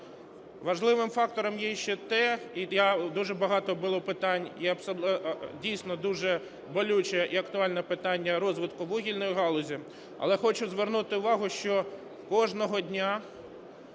Важливим фактором є ще те, і дуже багато було питань, і дійсно дуже болюче і актуальне питання розвитку вугільної галузі. Але хочу звернути увагу, що кожного дня